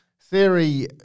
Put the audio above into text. Theory